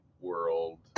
world